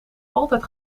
altijd